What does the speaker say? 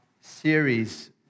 series